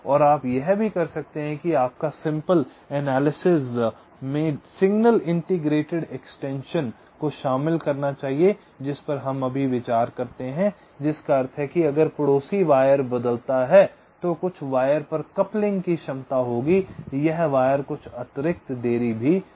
और आप यह भी कर सकते हैं कि आपको सिंपल एनालिसिस में सिग्नल इंटीग्रेटेड एक्सटेंशन को शामिल करना चाहिए जिस पर हम अभी विचार करते हैं जिसका अर्थ है कि अगर पड़ोसी वायर बदलता है तो कुछ वायर पर कपलिंग की क्षमता होगी और यह वायर कुछ अतिरिक्त देरी भी कर सकता है